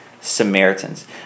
Samaritans